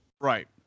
Right